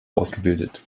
ausgebildet